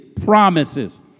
promises